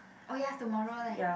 oh ya tomorrow leh